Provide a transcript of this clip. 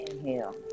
inhale